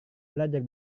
belajar